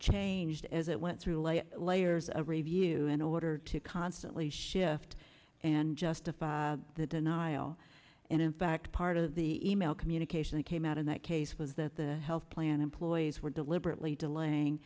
changed as it went through layers of review in order to constantly shift and justify the denial and in fact part of the e mail communication that came out in that case was that the health plan employees were deliberately delaying